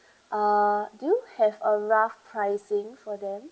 uh do you have a rough pricing for them